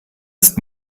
ist